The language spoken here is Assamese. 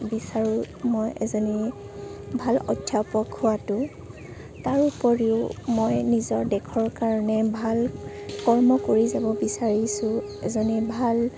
বিচাৰোঁ মই এজনী ভাল অধ্যাপক হোৱাতো তাৰ উপৰিও মই নিজৰ দেশৰ কাৰণে ভাল কৰ্ম কৰি যাব বিচাৰিছোঁ এজনী ভাল